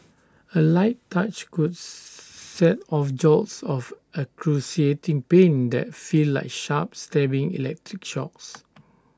A light touch could set off jolts of excruciating pain that feel like sharp stabbing electric shocks